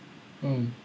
mm